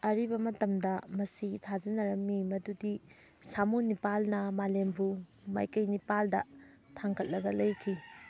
ꯑꯔꯤꯕ ꯃꯇꯝꯗ ꯃꯁꯤ ꯊꯥꯖꯅꯔꯝꯃꯤ ꯃꯗꯨꯗꯤ ꯁꯥꯃꯨ ꯅꯤꯄꯥꯜꯅ ꯃꯂꯦꯝꯕꯨ ꯃꯥꯏꯀꯩ ꯅꯤꯄꯥꯜꯗ ꯊꯥꯡꯒꯠꯂꯒ ꯂꯩꯈꯤ